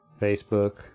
Facebook